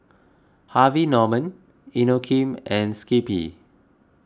Harvey Norman Inokim and Skippy